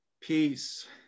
Peace